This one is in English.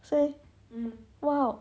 eh hmm !wow!